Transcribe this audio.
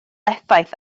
effaith